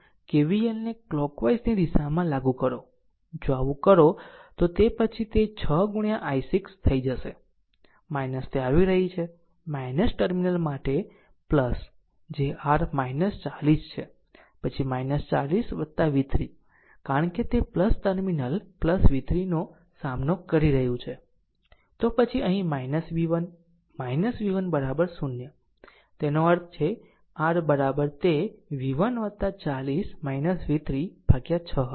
KVL ને કલોકવાઈઝની દિશામાં લાગુ કરો જો આવું કરો તો તે પછી તે 6 ગુણ્યા i6 થઈ જશે તે આવી રહી છે ટર્મિનલ માટે જે r 40 છે પછી 40 v3 કારણ કે તે ટર્મિનલ v3 નો સામનો કરી રહ્યું છે તો પછી અહીં v1 v1 0 તેનો અર્થ છે r તે v1 40 v3 ભાગ્યા 6 હશે